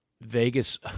Vegas